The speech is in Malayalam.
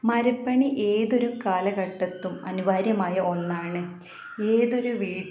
മരപ്പണി ഏതൊരു കാലഘട്ടത്തിലും അനിവാര്യമായ ഒന്നാണ് ഏതൊരു